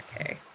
Okay